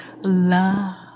love